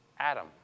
Adam